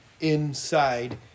inside